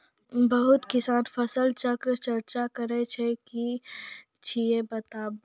बहुत किसान फसल चक्रक चर्चा करै छै ई की छियै बताऊ?